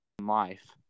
life